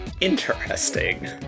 interesting